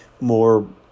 more